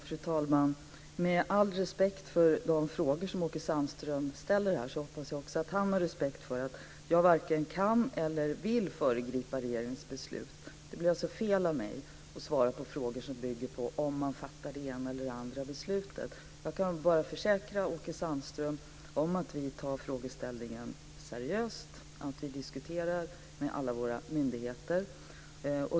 Fru talman! Med all respekt för de frågor som Åke Sandström ställer hoppas jag att också han har respekt för att jag varken kan eller vill föregripa regeringens beslut. Det vore alltså fel av mig att svara på frågor som bygger på om man fattar det ena eller det andra beslutet. Jag kan bara försäkra Åke Sandström om att vi tar frågeställningen seriöst och att vi diskuterar med alla våra myndigheter.